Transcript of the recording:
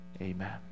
amen